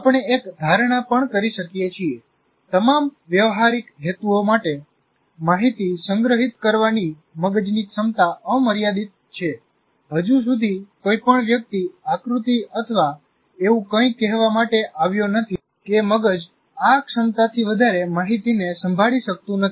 આપણે એક ધારણા પણ કરી શકીએ છીએ તમામ વ્યવહારીક હેતુઓ માટે માહિતી સંગ્રહિત કરવાની મગજની ક્ષમતા અમર્યાદિત છે હજુ સુધી કોઈ પણ વ્યક્તિ આકૃતિ અથવા એવું કંઈ કહેવા માટે આવ્યો નથી કે મગજ આ ક્ષમતાથી વધારે માહિતીને સંભાળી શકતું નથી